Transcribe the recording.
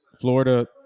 Florida